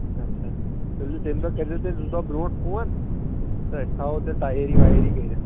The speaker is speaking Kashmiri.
اچھا تُلِو تَمہِ دۄہ کٔرۍزیو تُہۍ زٕ دۄہ برٛونٛٹھ فون تہٕ أسۍ تھاوَو تیٚلہِ تَیٲری وَیٲری کٔرِتھ